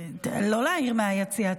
לא להעיר מהיציע.